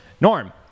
Norm